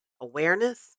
awareness